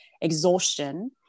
exhaustion